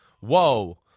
whoa